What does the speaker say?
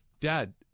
dad